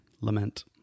lament